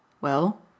Well